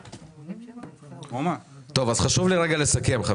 חשוב לי לסכם.